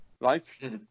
right